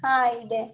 ಹಾಂ ಇದೆ